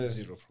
Zero